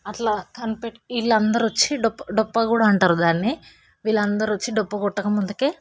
అట్లా కనిపెట్టి వీళ్ళందరు వచ్చి డొప్ప డొప్ప అని కూడా అంటారు దాన్ని వీళ్ళందరు వచ్చి డొప్ప కొట్టకముందుకే